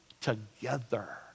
together